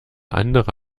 andere